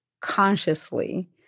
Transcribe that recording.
consciously